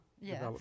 Yes